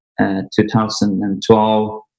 2012